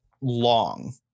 long